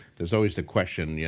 there's always the question, yeah